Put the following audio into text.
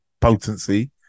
potency